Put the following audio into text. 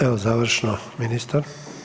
Evo završno ministar.